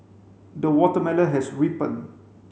the watermelon has ripened